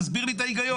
תסביר לי את ההיגיון.